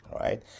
right